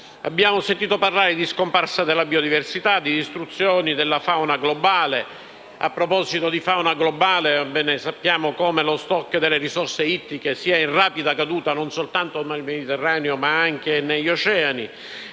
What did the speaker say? Abbiamo sentito parlare di scomparsa della biodiversità, di distruzione della fauna globale (a proposito di fauna globale, sappiamo come lo *stock* delle risorse ittiche sia in rapida caduta non solo nel Mediterraneo, ma anche negli oceani),